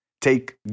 Take